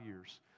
years